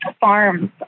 farms